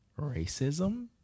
racism